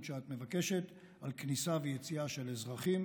שאת מבקשת על כניסה ויציאה של אזרחים.